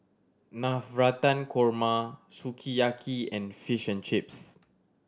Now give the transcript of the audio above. Navratan Korma Sukiyaki and Fish and Chips